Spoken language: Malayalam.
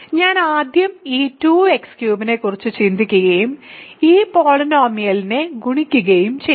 ഞാൻ ആദ്യം ഈ 2x3 നെക്കുറിച്ച് ചിന്തിക്കുകയും ഈ പോളിനോമിയലിനെ ഗുണിക്കുകയും ചെയ്യും